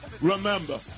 Remember